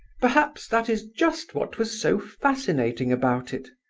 perhaps that is just what was so fascinating about it.